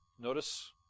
Notice